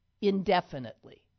indefinitely